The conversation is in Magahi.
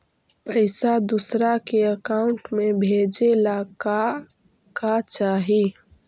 पैसा दूसरा के अकाउंट में भेजे ला का का चाही?